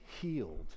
healed